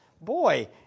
Boy